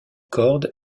cordes